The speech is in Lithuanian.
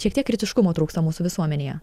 šiek tiek kritiškumo trūksta mūsų visuomenėje